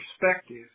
perspective